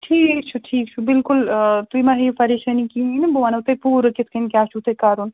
ٹھیٖک چھُ ٹھیٖک چھُ بِلکُل تُہۍ مہٕ ہیٚیِو پریشٲنی کِہیٖنٛۍ نہٕ بہٕ وَنہو تۄہہِ پوٗرٕ کِتھٕ کٔنۍ کیٛاہ چھُو تۄہہِ کَرُن